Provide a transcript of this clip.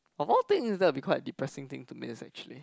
of all things that'll be quite a depressing thing to me is actually